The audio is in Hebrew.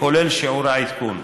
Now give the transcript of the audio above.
כולל שיעור העדכון.